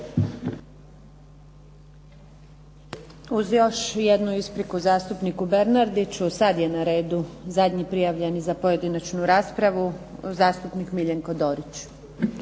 Uz još jednu ispriku zastupniku Bernardiću. Sad je na redu zadnji prijavljeni za pojedinačnu raspravu, zastupnik Miljenko Dorić.